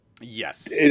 Yes